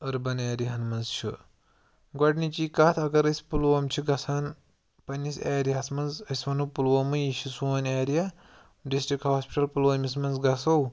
urban ایریاہَن منٛز چھُ گۄڈنِچی کَتھ اگر أسۍ پُلووٗم چھِ گژھان پننِس ایریاہَس منٛز أسۍ وَنو پُلووٗمٕے یہِ چھِ سوٗن ایریا ڈِسٹِرٛک ہاسپِٹَل پُلوٲمِس منٛز گژھو